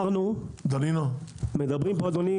11:20) ואני רוצה להגיד לך, אדוני, מדברים פה על